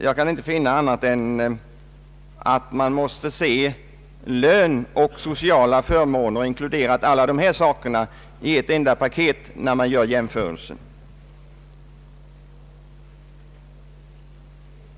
Jag kan inte finna annat än att man måste se lön, sociala förmåner och alla dessa andra saker inkluderade i ett enda paket när man gör jämförelser.